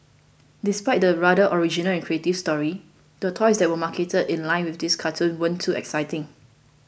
despite the rather original and creative story the toys that were marketed in line with this cartoon weren't too exciting